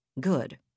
Good